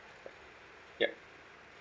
yup